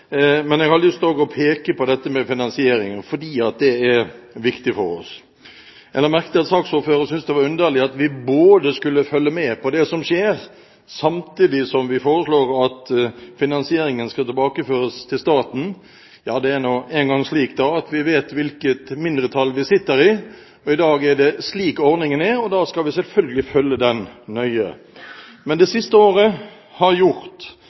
Men jeg har lyst til også å peke på dette med finansieringen, fordi det er viktig for oss. Jeg la merke til at saksordføreren syntes det var underlig at vi skulle følge med på det som skjer, samtidig som vi foreslår at finansieringen skal tilbakeføres til staten. Ja, det er nå engang slik at vi vet hvilket mindretall vi sitter i. I dag er det slik ordningen er, og da skal vi selvfølgelig følge den nøye. Men det siste året har